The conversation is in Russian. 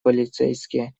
полицейские